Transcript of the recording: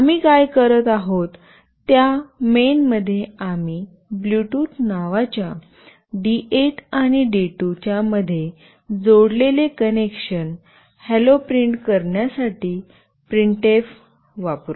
आम्ही काय करत आहोत त्या मेन मध्ये आम्ही ब्ल्यूटूथ नावाच्या डी8 आणि डी2 च्या मध्ये जोडलेले कनेक्शन "हॅलो" प्रिंट करण्यासाठी प्रिंटएफ वापरू